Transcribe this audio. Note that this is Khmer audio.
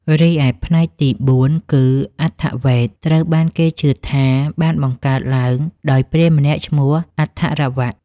រីឯផ្នែកទី៤គឺ អថវ៌េទ ត្រូវបានគេជឿថាបានបង្កើតឡើងដោយព្រាហ្មណ៍ម្នាក់ឈ្មោះ អថវ៌។